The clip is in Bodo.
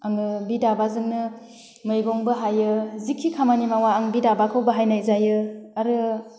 आङो बि दाबाजोंनो मैगंबो हायो जिखि खामानि मावा आं बे दाबाखौ बाहायनाय जायो आरो